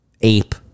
ape